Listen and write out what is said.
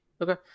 Okay